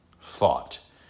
thought